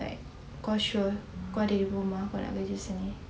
like kau sure kau ada diploma kau nak kerja sini